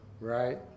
right